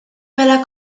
mela